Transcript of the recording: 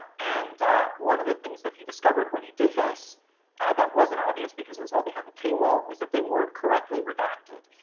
and one of the things that he discovered when he did this that wasn't obvious because it was all behind the paywall is that they weren't correctly redacted.